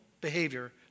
behavior